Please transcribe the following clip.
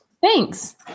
Thanks